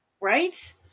right